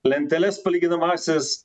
lenteles palyginamąsias